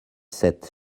sept